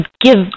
give